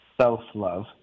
self-love